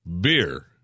beer